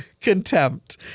contempt